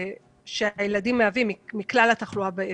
שהילדים מהווים מכלל התחלואה בעיר.